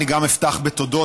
גם אני אפתח בתודות,